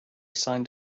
signed